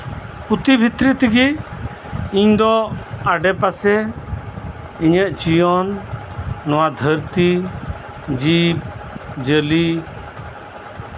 ᱯᱩᱛᱷᱤ ᱵᱷᱤᱛᱤᱨᱤ ᱛᱮᱜᱮ ᱤᱧ ᱫᱚ ᱟᱰᱮ ᱯᱟᱥᱮ ᱤᱧᱟᱹᱜ ᱡᱤᱭᱚᱱ ᱱᱚᱣᱟ ᱫᱷᱟᱹᱨᱛᱤ ᱡᱤᱵᱽ ᱡᱤᱭᱟᱹᱞᱤ